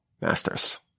masters